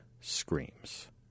screams